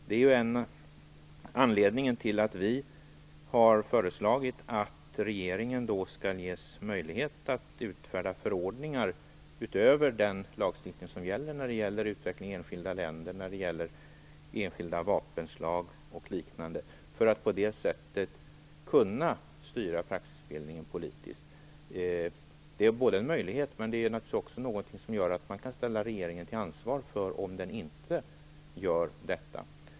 Det är en av anledningarna till att vi har föreslagit att regeringen skall ges möjlighet att utfärda förordningar utöver den lagstiftning som gäller när det gäller utveckling i enskilda länder, enskilda vapenslag och liknande för att på det sättet kunna styra praxisbildningen politiskt. Det är en möjlighet, men det gör också att man kan ställa regeringen till ansvar om den inte gör detta.